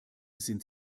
sind